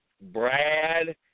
Brad